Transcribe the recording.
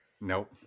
Nope